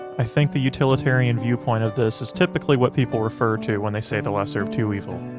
i think the utilitarian view point of this is typically what people refer to when they say the lesser of two evils.